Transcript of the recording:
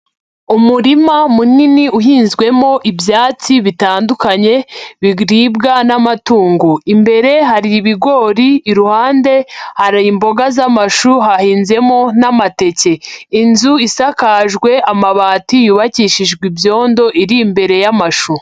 Umurima munini uhinzwemo ibyatsi bitandukanye biribwa n'amatungo, imbere hari ibigori, iruhande hari imboga z'amashu hahinzemo n'amateke, inzu isakajwe amabati yubakishijwe ibyondo iri imbere y'amashu.